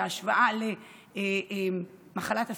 בהשוואה למחלת הסרטן,